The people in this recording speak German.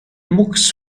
mucks